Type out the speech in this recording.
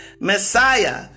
Messiah